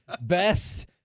Best